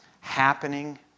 happening